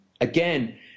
again